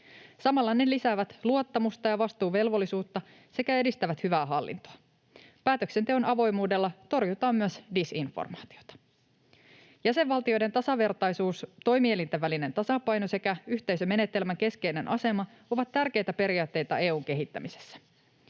Samalla ne lisäävät luottamusta ja vastuuvelvollisuutta sekä edistävät hyvää hallintoa. Päätöksenteon avoimuudella torjutaan myös disinformaatiota. Jäsenvaltioiden tasavertaisuus, toimielinten välinen tasapaino sekä yhteisömenetelmän keskeinen asema ovat tärkeitä periaatteita EU:n kehittämisessä.